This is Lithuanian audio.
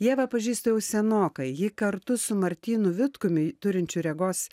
ievą pažįstu jau senokai ji kartu su martynu vitkumi turinčiu regos